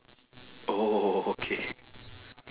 oh okay